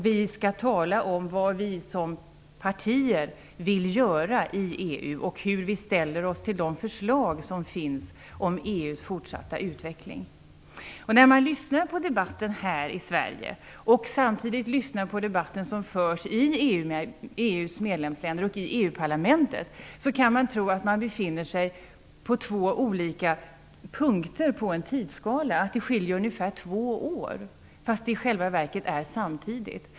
Vi skall tala om vad vi som partier vill göra i EU och hur vi ställer oss till de förslag som finns om EU:s fortsatta utveckling. När man lyssnar på debatten här i Sverige och samtidigt på den debatt som förs i EU:s medlemsländer och i EU-parlamentet, kan man tro att man befinner sig på två olika punkter på en tidsskala. Det skiljer ungefär två år, fast det i själva verket är samtidigt.